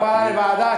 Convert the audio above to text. העברה לוועדה,